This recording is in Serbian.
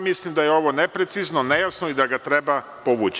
Mislim da je ovo neprecizno, nejasno i da ga treba povući.